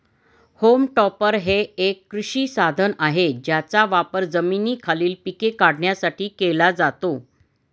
home टॉपर हे एक कृषी साधन आहे ज्याचा वापर जमिनीखालील पिके काढण्यासाठी केला जातो